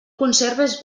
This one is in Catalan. conserves